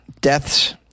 deaths